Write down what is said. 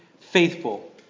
faithful